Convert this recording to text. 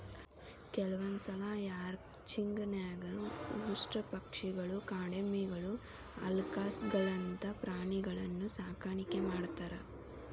ಕೆಲವಂದ್ಸಲ ರ್ಯಾಂಚಿಂಗ್ ನ್ಯಾಗ ಉಷ್ಟ್ರಪಕ್ಷಿಗಳು, ಕಾಡೆಮ್ಮಿಗಳು, ಅಲ್ಕಾಸ್ಗಳಂತ ಪ್ರಾಣಿಗಳನ್ನೂ ಸಾಕಾಣಿಕೆ ಮಾಡ್ತಾರ